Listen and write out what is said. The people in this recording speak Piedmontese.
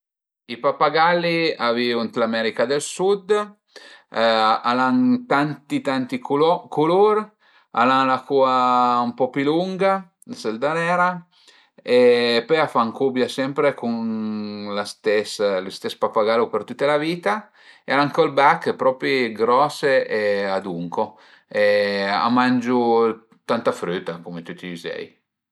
I pappagalli a vivu ën l'America del Sud, al an tanti tanti culo culur, al an la cua ën po pi lunga sël darera e pöi a fan cubia sempre cun la stes lë stes pappagallo tüta la vita e al an co ël bech propi gros e adunco e a mangiu tanta früta cume tüti i üzei